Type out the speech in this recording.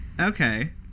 Okay